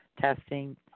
testing